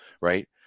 right